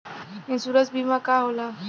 Insurance बीमा का होला?